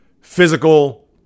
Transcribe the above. Physical